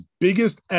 Biggest